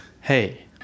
hey